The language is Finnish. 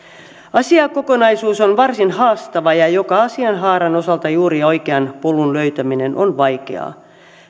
asiakokonaisuus on varsin haastava ja joka asianhaaran osalta juuri oikean polun löytäminen on vaikeaa